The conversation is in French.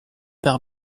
par